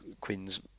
Quinn's